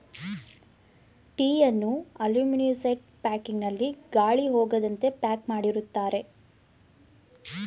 ಟೀಯನ್ನು aluminized packing ನಲ್ಲಿ ಗಾಳಿ ಹೋಗದಂತೆ ಪ್ಯಾಕ್ ಮಾಡಿರುತ್ತಾರೆ